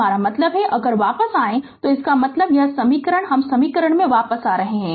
मेरा मतलब है कि अगर वापस जाएं तो इसका मतलब यह समीकरण हम समीकरण में वापस जा रहे है